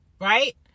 right